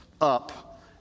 up